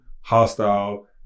hostile